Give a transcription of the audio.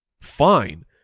fine